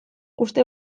uste